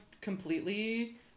completely